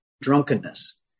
drunkenness